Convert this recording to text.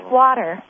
water